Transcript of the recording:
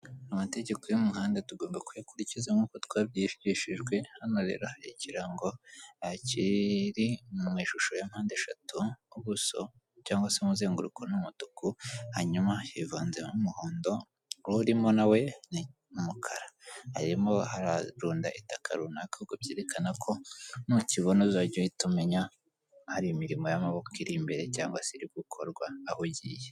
Amategeko y'umuhanda tugomba kuyakurikiza nkuko twabyigishijwe, hano rero hari ikirango kiri mu ishusho ya mpande eshatu, ubuso cyangwa se umuzenguruko ni umutuku hanyuma hivanzemo umuhondo, urimo na we ni umukara, arimo ararunda itaka runaka ubwo byerekana ko nukibona uzajya uhita umenya hari imirimo y'amaboko iri imbere cyangwa se iri gukorwa aho ugiye.